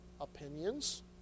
opinions